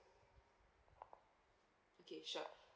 okay sure